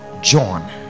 john